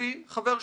מביא את חבר שלו,